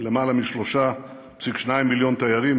יותר מ-3.2 מיליון תיירים,